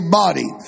body